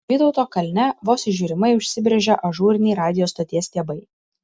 vytauto kalne vos įžiūrimai užsibrėžė ažūriniai radijo stoties stiebai